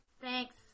Thanks